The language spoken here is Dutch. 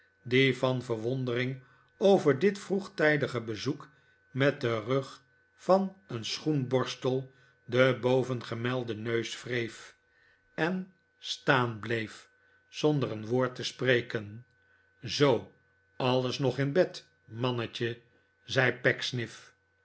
die van verwondering over dit vroegtijdige bezoek met den rug van een schoenborstel den bovengemelden neus wreef en staan bleef zonder een woord te spreken zoo alles nog in bed mannetje zei